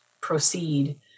proceed